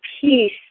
peace